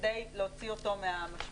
כדי להוציא אותו מהמשבר.